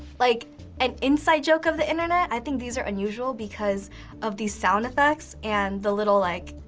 like an inside joke of the internet. i think these are unusual, because of the sound effects and the little like,